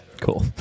Cool